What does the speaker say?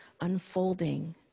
unfolding